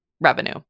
revenue